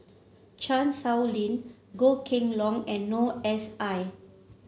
Chan Sow Lin Goh Kheng Long and Noor S I